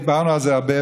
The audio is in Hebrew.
דיברנו על זה אז הרבה,